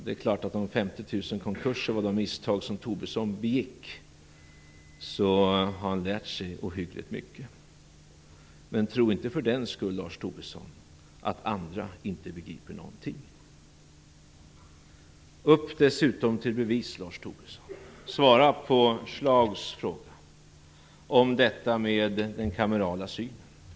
Det är klart att om 50 000 konkurser var det misstag som Tobisson begick har han lärt sig ohyggligt mycket. Men tro inte för den skull, Lars Tobisson, att andra inte begriper någonting. Upp dessutom till bevis, Lars Tobisson. Svara på Schlaugs fråga om detta med den kamerala synen.